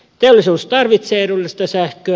teollisuus tarvitsee edullista sähköä